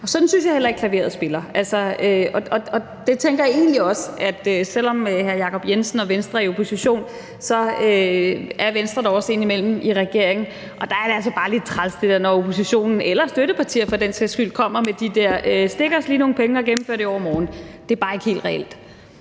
Sådan synes jeg heller ikke klaveret spiller. Der tænker jeg egentlig også, at selv om hr. Jacob Jensen og Venstre er i opposition, er Venstre da også indimellem i regering, og der er det altså bare lidt træls, når oppositionen eller støttepartier for den sags skyld kommer med de der: Stik os lige nogle penge, og gennemfør det i overmorgen. Det er bare ikke helt reelt.